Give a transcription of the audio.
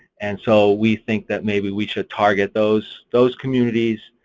and so we think that maybe we should target those those communities